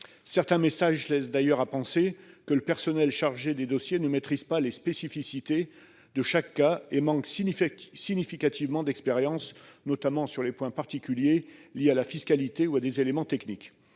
Certains messages laissent d'ailleurs à penser que le personnel chargé de traiter les dossiers ne maîtrise pas les spécificités de chaque cas et manque significativement d'expérience, notamment sur les points particuliers liés à la fiscalité ou à des éléments techniques.